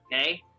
Okay